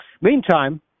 Meantime